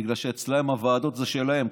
בגלל שאצלם הוועדות זה שלהם.